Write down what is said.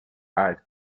ice